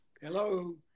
Hello